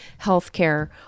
healthcare